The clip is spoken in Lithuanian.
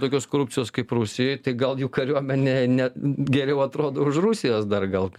tokios korupcijos kaip rusijoj tai gal jų kariuomenė ne geriau atrodo už rusijos dar gal